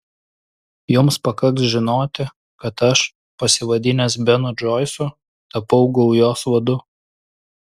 jums pakaks žinoti kad aš pasivadinęs benu džoisu tapau gaujos vadu